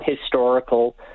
historical